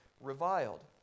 reviled